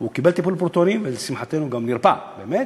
הוא קיבל טיפול פרוטונים ולשמחתנו גם נרפא באמת,